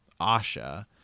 Asha